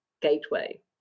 gateway